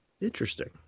Interesting